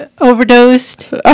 overdosed